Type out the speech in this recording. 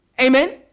Amen